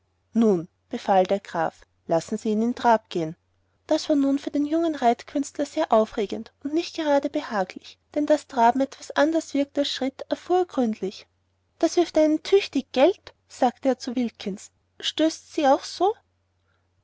nun befahl der graf lassen sie ihn trab gehen das war nun für den jungen reitkünstler sehr aufregend und nicht gerade behaglich denn daß traben etwas anders wirkt als schritt erfuhr er gründlich ddas wwirft einen tütüchtig gelt sagte er zu wilkins stöstößt es ssie auch so